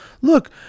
look